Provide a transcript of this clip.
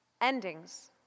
Endings